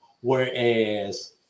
Whereas